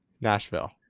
Nashville